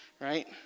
right